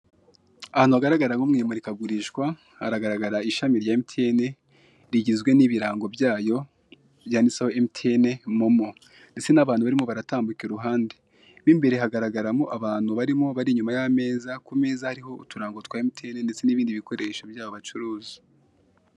Ahantu hagaragara nko mu imurikagurishwa, haragaragara ishami rya emutiyene rigizwe n'ibirango byayo, byanditseho emutiyene momo. Ndetse n'abantu barimo baratambuka iruhande mo imbere hagaragaramo abantu barimo bari inyuma y'ameza, kumeza hariho uturango twa emutiyeni ndetse n'ibindi bikoresho byabo bacuruza.